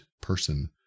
person